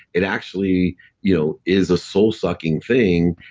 it actually you know is a soulsucking thing.